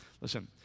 Listen